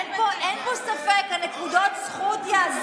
טוב, אני רוצה לספר לכם משהו.